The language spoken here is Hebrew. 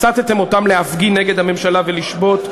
הסַתֶם אותם להפגין נגד הממשלה ולשבות,